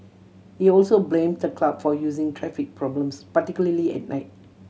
he also blame the club for using traffic problems particularly at night